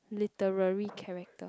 literary character